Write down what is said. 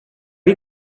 you